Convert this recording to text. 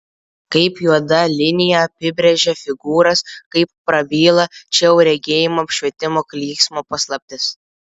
kaip juoda linija apibrėžia figūras kaip prabyla čia jau regėjimo apšvietimo klyksmo paslaptis